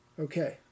Okay